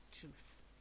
truth